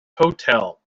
hotel